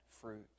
fruit